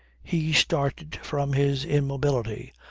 he started from his immobility,